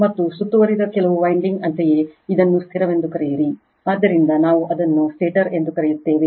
ಮತ್ತು ಸುತ್ತುವರಿದ ಕೆಲವು ವೈಂಡಿಂಗ್ ಅಂತೆಯೇ ಇದನ್ನು ಸ್ಥಿರವೆಂದು ಕರೆಯಿರಿ ಆದ್ದರಿಂದ ನಾವು ಅದನ್ನು ಸ್ಟೇಟರ್ ಎಂದು ಕರೆಯುತ್ತೇವೆ